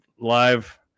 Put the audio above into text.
live